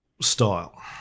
style